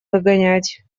выгонять